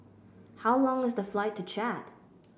how long is the flight to Chad